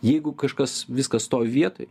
jeigu kažkas viskas stovi vietoj